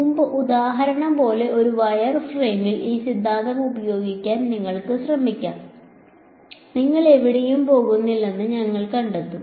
മുമ്പത്തെ ഉദാഹരണം പോലെ ഒരു വയർ ഫ്രെയിമിൽ ഈ സിദ്ധാന്തം പ്രയോഗിക്കാൻ നിങ്ങൾക്ക് ശ്രമിക്കാം നിങ്ങൾ എവിടെയും പോകുന്നില്ലെന്ന് നിങ്ങൾ കണ്ടെത്തും